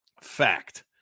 fact